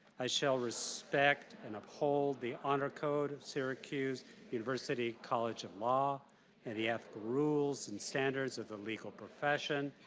i shall respect and uphold the honor code of syracuse university college of law and the ethical rules and standards of the legal profession,